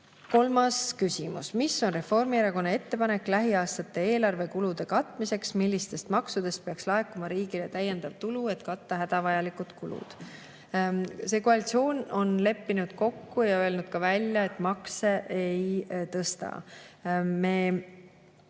Kolmas küsimus: "Mis on Reformierakonna ettepanek lähiaastate eelarvekulude katmiseks, millistest maksudest peaks laekuma riigile täiendav tulu, et katta hädavajalikud kulud?" See koalitsioon on leppinud kokku ja öelnud välja, et makse ei tõsteta. Me